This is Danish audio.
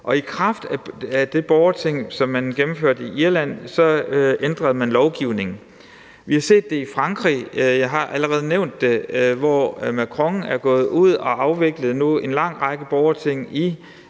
og i kraft af det borgerting, som man gennemførte i Irland, ændrede man lovgivningen. Vi har set det i Frankrig – jeg har allerede nævnt det – hvor Macron nu er gået ud og har afviklet en lang række borgerting